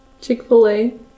Chick-fil-A